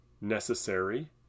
necessary